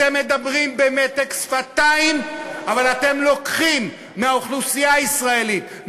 אתם מדברים במתק שפתיים אבל אתם לוקחים מהאוכלוסייה הישראלית,